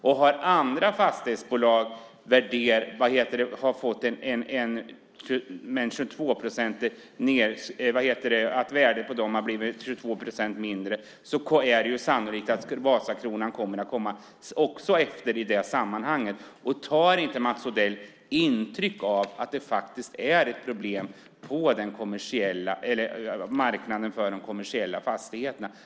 Om andra fastighetsbolag har fått en värdeminskning på 22 procent är det sannolikt att också Vasakronan följer med i det sammanhanget. Tar inte Mats Odell intryck av att det finns problem på marknaden för de kommersiella fastigheterna?